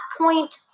point